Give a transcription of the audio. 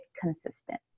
consistent